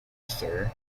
sir